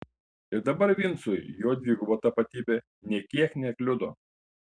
ir dabar vincui jo dviguba tapatybė nė kiek nekliudo